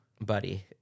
Buddy